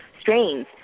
strains